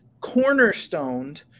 cornerstoned